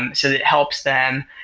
and so it helps them,